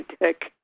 Dick